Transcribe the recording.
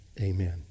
Amen